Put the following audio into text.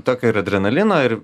tokio ir adrenalino ir